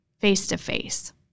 face-to-face